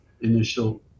initial